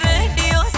Radio